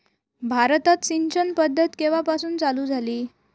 भारतात सिंचन पद्धत केवापासून चालू झाली?